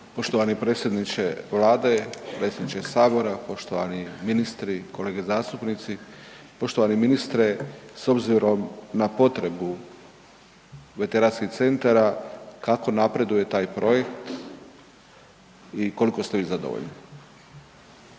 Poštovani predsjedniče Vlade, predsjedniče Sabora, poštovani ministri, kolege zastupnici. Poštovani ministre, s obzirom na potrebu veteranskih centara kako napreduje taj projekt i koliko ste vi zadovoljni?